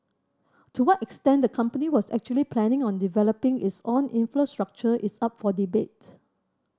to what extent the company was actually planning on developing its own infrastructure is up for debate